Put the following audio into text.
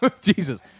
Jesus